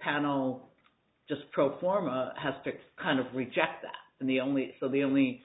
panel just pro forma has picked kind of reject that and the only so the only